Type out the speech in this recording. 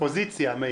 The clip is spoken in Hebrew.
אופוזיציה.